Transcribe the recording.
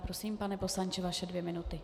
Prosím, pane poslanče, vaše dvě minuty.